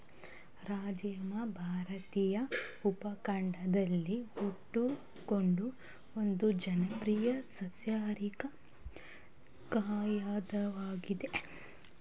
ರಾಜ್ಮಾ ಭಾರತೀಯ ಉಪಖಂಡದಲ್ಲಿ ಹುಟ್ಟಿಕೊಂಡ ಒಂದು ಜನಪ್ರಿಯ ಸಸ್ಯಾಹಾರಿ ಖಾದ್ಯವಾಗಯ್ತೆ